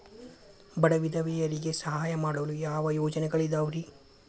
ಬಡ ವಿಧವೆಯರಿಗೆ ಸಹಾಯ ಮಾಡಲು ಯಾವ ಯೋಜನೆಗಳಿದಾವ್ರಿ?